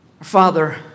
Father